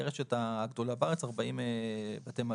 הרשת הגדולה בארץ עם 40 בתי מלון.